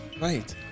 right